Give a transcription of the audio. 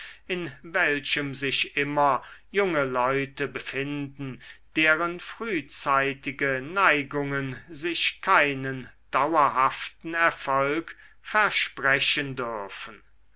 in welchem sich immer junge leute befinden deren frühzeitige neigungen sich keinen dauerhaften erfolg versprechen dürfen